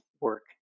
work